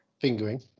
fingering